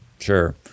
sure